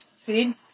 feed